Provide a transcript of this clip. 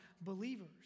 believers